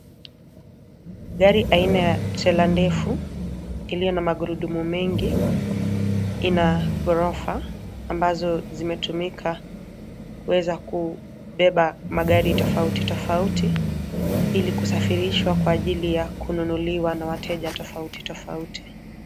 Gari aina ya trela ndefu iliyo na magurudumu mengi ,ina ghorofa ambazo zimetumika kuweza kubeba magari tofauti tofauti ,ili kusafirishwa kwa ajili ya kununuliwa na wateja tofauti tofauti.